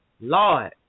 Lord